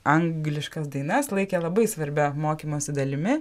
angliškas dainas laikė labai svarbia mokymosi dalimi